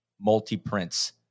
multi-prints